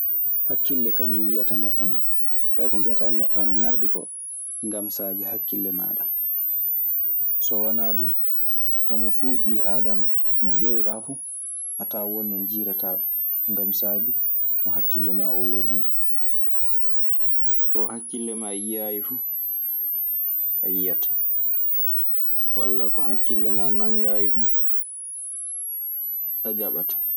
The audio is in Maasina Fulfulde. Hakkille kañun yiyata neɗɗo non. Fay ko mbiyataa neɗɗo ana ŋarɗi koo, ngam saabi hakkille maaɗa. So wanaa ɗun, homo fuu, ɓii aadama mo ƴeewɗaa fuu, a tawan won no njiirataa ɗun. Ngam saabii no hakkille maa oo worri nii. Ko hakkille maa yiyaayi fu, a yiyataa. Walla ko hakkille maa nanngaayi fu, a jaɓataa.